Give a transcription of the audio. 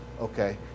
Okay